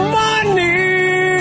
money